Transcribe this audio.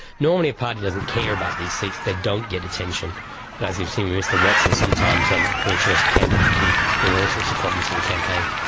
normally, a party doesn't care about these seats they don't get attention but as we've seen with mr watson, sometimes um a poor choice of candidate can bring all sorts of problems for the campaign.